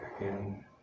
again